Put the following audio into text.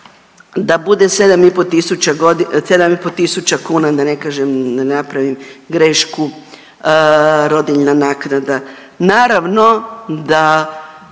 da bude 7,5 tisuća kuna da ne kažem, da ne napravim grešku, rodiljna naknada. Naravno da